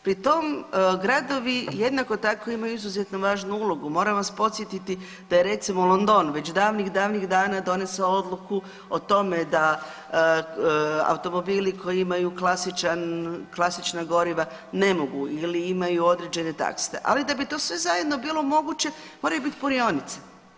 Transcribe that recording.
Pri tom gradovi jednako tako imaju izuzetno važnu ulogu, moram vas podsjetiti da je recimo, London, već davnih, davnih dana donesao odluku o tome da automobili koji imaju klasičan, klasična goriva ne mogu ili imaju određene ... ali da bi to sve zajedno bilo moguće, moraju biti punionice.